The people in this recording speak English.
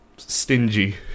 stingy